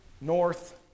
north